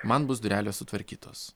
man bus durelės sutvarkytos